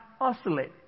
oscillate